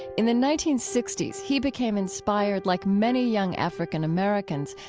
in the nineteen sixty s, he became inspired, like many young african-americans,